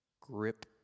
grip